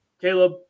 Caleb